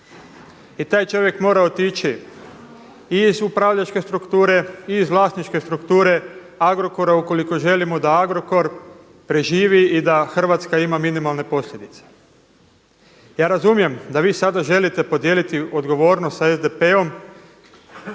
I taj čovjek mora otići i iz upravljačke strukture i iz vlasničke strukture Agrokora ukoliko želimo da Agrokor preživi i da Hrvatska ima minimalne posljedice. Ja razumijem da vi sada želite podijeliti odgovornost sa SDP-om